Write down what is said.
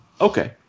Okay